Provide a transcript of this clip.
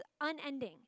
unending